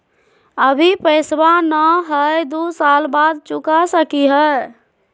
अभि पैसबा नय हय, दू साल बाद चुका सकी हय?